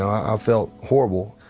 i felt horrible.